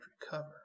recover